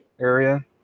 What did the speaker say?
area